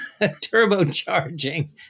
turbocharging